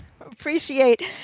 appreciate